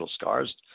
scars